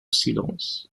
silence